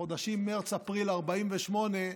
בחודשים מרץ-אפריל 48'